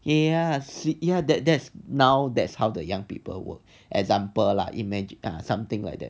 ya ya that that's now that's how the young people worked example lah imagine or something like that